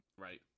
Right